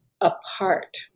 apart